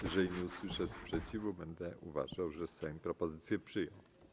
Jeżeli nie usłyszę sprzeciwu, będę uważał, że Sejm propozycję przyjął.